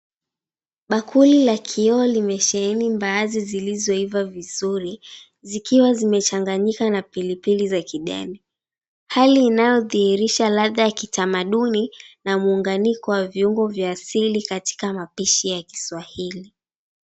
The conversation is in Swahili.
Bakuli la kioo limesheheni mbaazi zilizoiva vizuri, zikiwa zimechanganyika na pilipili za kideni, hali inayodhihirisha ladha ya kitamaduni, na muunganiko wa viungo vya asili katika mapishi ya kiswahili.